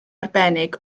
arbennig